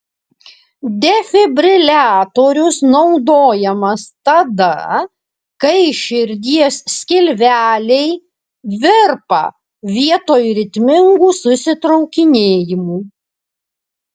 defibriliatorius naudojamas tada kai širdies skilveliai virpa vietoj ritmingų susitraukinėjimų